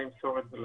אני אמסור את זה.